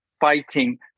fighting